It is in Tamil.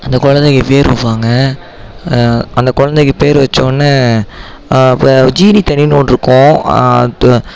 அந்த குழந்தைக்கு பேர் வைப்பாங்க அந்த குழந்தைக்கு பேர் வைச்ச ஒடனே ஜீனி தண்ணின்னு ஒன்று இருக்கும்